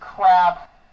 crap